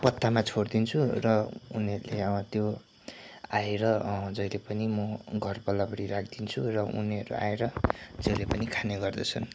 पत्तामा छोडिदिन्छु र उनीहरूले त्यो आएर जहिले पनि म घर पल्लोपट्टि राखिदिन्छु र उनीहरू आएर जहिले पनि खाने गर्दछन्